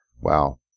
wow